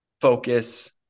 focus